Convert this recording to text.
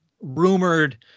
rumored